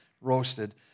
roasted